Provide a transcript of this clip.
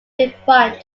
refined